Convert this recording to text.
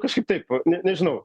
kažkaip taip va ne nežinau